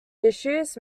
issues